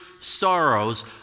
sorrows